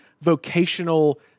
vocational